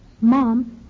Mom